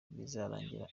bizarangira